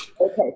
Okay